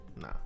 Nah